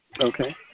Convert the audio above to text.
Okay